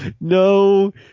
No